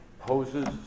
poses